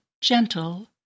gentle